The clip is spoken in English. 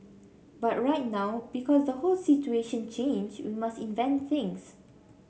but right now because the whole situation change we must invent things